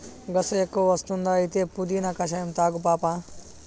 గస ఎక్కువ వస్తుందా అయితే పుదీనా కషాయం తాగు పాపా